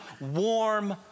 warm